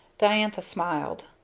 diantha smiled.